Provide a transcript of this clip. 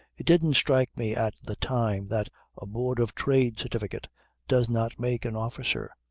it didn't strike me at the time that a board of trade certificate does not make an officer,